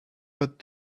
but